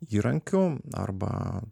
įrankių arba